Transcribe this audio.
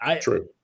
True